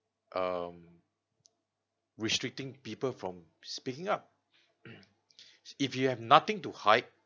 um restricting people from speaking up if you have nothing to hide